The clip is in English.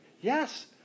Yes